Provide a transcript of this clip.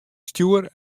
stjoer